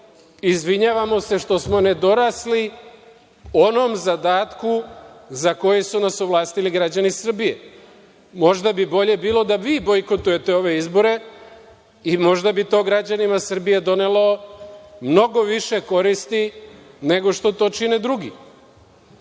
izvinjavamo se što smo nedorasli onom zadatku za koji su nas ovlastili građani Srbije. Možda bi bolje bilo da vi bojkotujete ove izbore i možda bi to građanima Srbije donelo mnogo više koristi nego što to čine drugi. Meni